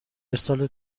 ارسال